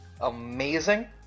amazing